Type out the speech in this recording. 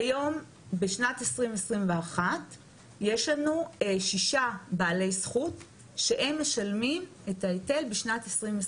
כיום בשנת 2021 יש לנו שישה בעלי זכות שהם משלמים את ההיטל בשנת 2021,